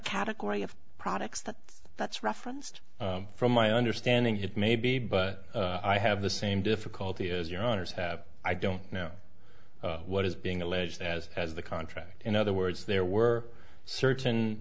category of products that that's referenced from my understanding it may be but i have the same difficulty as your owners have i don't know what is being alleged as as the contract in other words there were certain